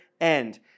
end